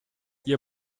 ihr